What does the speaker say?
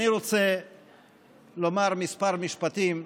אני רוצה לומר כמה משפטים,